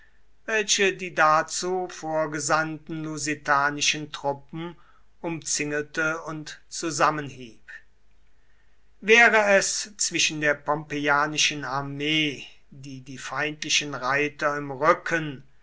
welche die dazu vorgesandten lusitanischen truppen umzingelte und zusammenhieb wäre es zwischen der pompeianischen armee die die feindlichen reiter im rücken